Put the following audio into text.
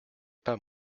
pas